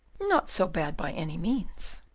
not so bad, by any means!